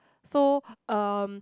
so um